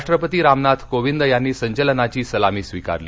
राष्ट्रपती रामनाथ कोविंद यांनी संचलनाची सलामी स्वीकारली